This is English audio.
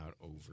over